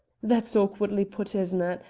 that's awkwardly put, isn't it?